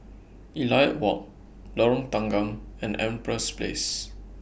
Elliot Walk Lorong Tanggam and Empress Place